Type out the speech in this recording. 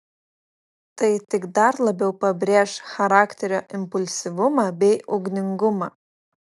tai tik dar labiau pabrėš charakterio impulsyvumą bei ugningumą